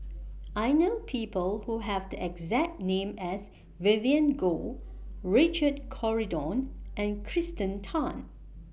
I know People Who Have The exact name as Vivien Goh Richard Corridon and Kirsten Tan